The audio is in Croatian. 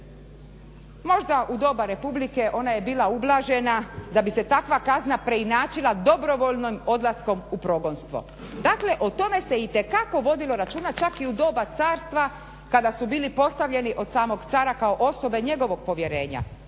Možda u doba Republike ona je bila ublažena da bi se takva kazna preinačila dobrovoljno odlaskom u progonstvo. Dakle, o tome se itekako vodilo računa čak i u doba carstva kada su bili postavljeni od samog cara kao osobe njegovog povjerenja